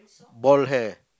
bald hair